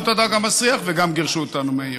את הדג המסריח וגם גירשו אותנו מהעיר,